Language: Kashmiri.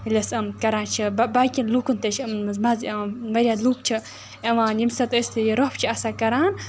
ییٚلہِ أسۍ یِم کَران چھِ بَ باقٕیَن لوٗکَن تہِ چھِ یِمَن منٛز مَزٕ یِوان واریاہ لوٗکھ چھِ یِوان ییٚمہِ ساتہٕ أسۍ یہِ رۄپھ چھِ آسان کَران